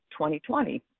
2020